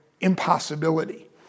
impossibility